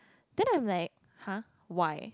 then I'm like !huh! why